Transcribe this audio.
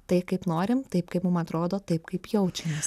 tai kaip norim taip kaip mums atrodo taip kaip jaučiamės